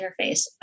interface